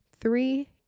three